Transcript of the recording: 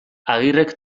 agirrek